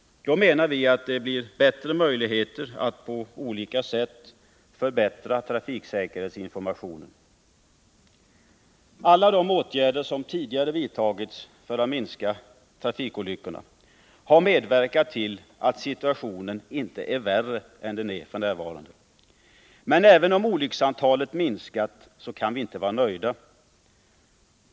Därmed anser vi att det blir större möjligheter att på olika sätt förbättra trafiksäkerhetsinformationen. Alla de åtgärder som tidigare vidtagits för att minska antalet trafikolyckor har medverkat till att situationen inte är värre än den f. n. är. Men även om antalet olyckor minskat kan vi inte vara nöjda.